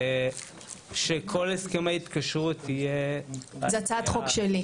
לפיו כל הסכם ההתקשרות יהיה --- זו הצעת חוק שלי,